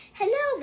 hello